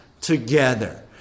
together